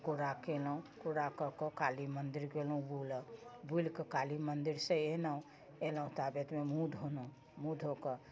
कूड़ा केलहुँ कूड़ा कऽ कऽ काली मंदिर गेलहुँ बूलऽ बुलिके काली मंदिरसँ एलहुँ एलहुँ ताबतमे मुँह धोलहुँ मुँह धो कऽ